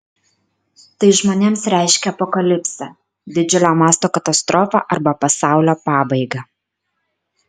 tai žmonėms reiškia apokalipsę didžiulio mąsto katastrofą arba pasaulio pabaigą